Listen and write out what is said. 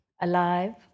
alive